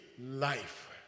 life